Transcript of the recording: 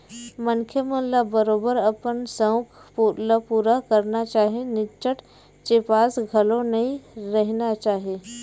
मनखे मन ल बरोबर अपन सउख ल पुरा करना चाही निच्चट चिपास घलो नइ रहिना चाही